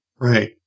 Right